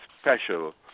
special